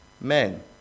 men